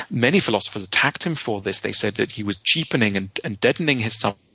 many philosophers attacked him for this. they said that he was cheapening and and deadening his so